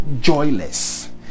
joyless